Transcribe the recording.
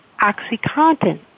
OxyContin